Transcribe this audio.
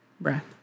Breath